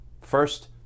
First